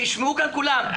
שישמעו כאן כולם,